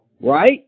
right